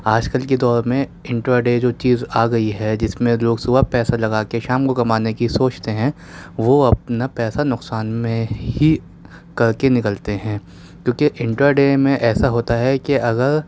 آج کل کے دور میں انٹر ڈے جو چیز آ گئی ہے جس میں لوگ صبح پیسہ لگا کے شام کو کمانے کی سوچتے ہیں وہ اپنا پیسہ نقصان میں ہی کر کے نکلتے ہیں کیونکہ انٹر ڈے میں ایسا ہوتا ہے کہ اگر